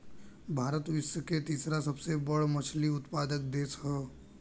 भारत विश्व के तीसरा सबसे बड़ मछली उत्पादक देश ह